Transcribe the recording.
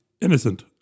Innocent